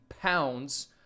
pounds